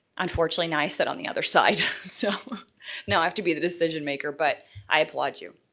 unfortunately, now, i sit on the other side so now, i have to be the decision maker, but i applaud you.